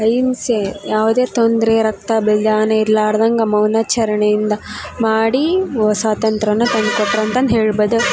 ಅಹಿಂಸೆ ಯಾವುದೇ ತೊಂದರೆ ರಕ್ತ ಬಲಿದಾನ ಇರ್ಲಾರ್ದಂಗ ಮೌನಚರಣೆಯಿಂದ ಮಾಡಿ ಓ ಸ್ವಾತಂತ್ರ್ಯವನ್ನ ತಂದ್ಕೊಟ್ರು ಅಂತಂದು ಹೇಳ್ಬದು